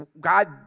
God